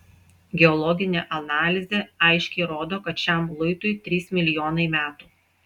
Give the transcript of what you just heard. geologinė analizė aiškiai rodo kad šiam luitui trys milijonai metų